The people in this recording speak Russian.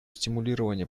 стимулирования